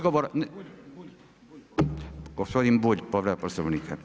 Gospodin Bulj povreda Poslovnika.